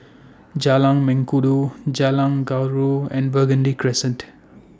Jalan Mengkudu Jalan Gaharu and Burgundy Crescent